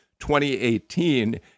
2018